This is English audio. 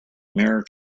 mirror